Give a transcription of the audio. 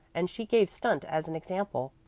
and she gave stunt as an example.